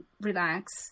relax